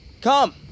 Come